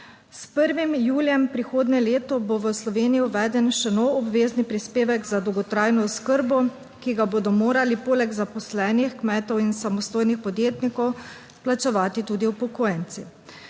S 1. julijem prihodnje leto bo v Sloveniji uveden še nov obvezni prispevek za dolgotrajno oskrbo, ki ga bodo morali poleg zaposlenih, kmetov in samostojnih podjetnikov plačevati tudi upokojenci.